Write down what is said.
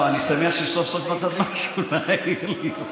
לא, אני שמח שסוף-סוף מצאת משהו להעיר לי.